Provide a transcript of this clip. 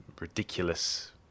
ridiculous